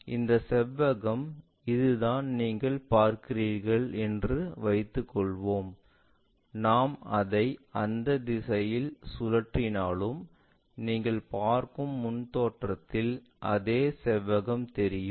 எனவே இந்த செவ்வகம் இதுதான் நீங்கள் பார்க்கிறீர்கள் என்று வைத்துக் கொள்வோம் நான் அதை அந்த திசையில் சுழற்றினாலும் நீங்கள் பார்க்கும் முன் தோற்றத்தில் அதே செவ்வகம் தெரியும்